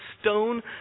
stone